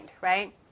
right